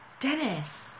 Dennis